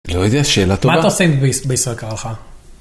לא יודע, שאלה טובה. מה את עושים בישראל קרחה?